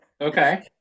Okay